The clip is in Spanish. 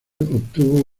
obtuvo